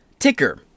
Ticker